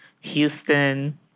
Houston